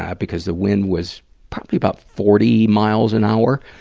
ah because the wind was probably about forty miles an hour.